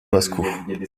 moscou